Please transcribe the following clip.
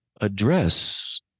address